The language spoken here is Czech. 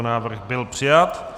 Návrh byl přijat.